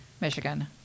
Michigan